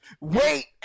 Wait